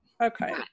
okay